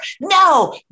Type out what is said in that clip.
No